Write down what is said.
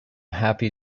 happy